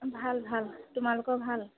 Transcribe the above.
ভাল ভাল তোমালোকৰ ভাল